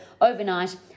overnight